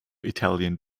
italian